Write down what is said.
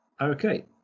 Okay